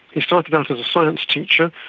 he started out as a science teacher,